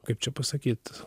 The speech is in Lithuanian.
kaip čia pasakyt